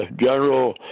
General